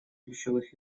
ключевых